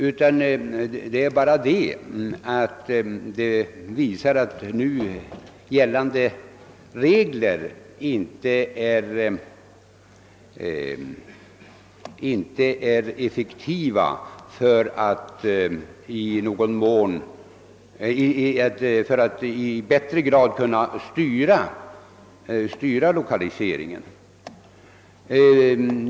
Jag ville endast framhålla att nu gällande regler inte visat sig effektiva när det gäller att styra lokaliseringen.